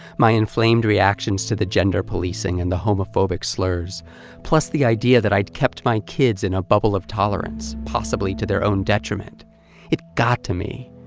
my inflamed reactions to the gender policing and the homophobic slurs plus the idea that i'd kept my kids in a bubble of tolerance, possibly to their own detriment it got to me.